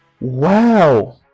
wow